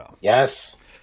Yes